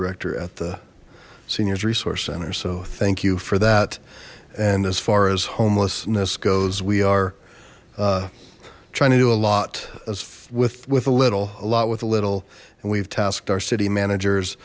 director at the seniors resource center so thank you for that and as far as homelessness goes we are trying to do a lot as with with a little a lot with a little and we've tasked our city managers